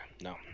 no